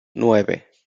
nueve